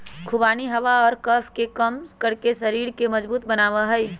खुबानी हवा और कफ के कम करके शरीर के मजबूत बनवा हई